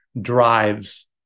drives